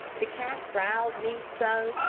the cat riled me so,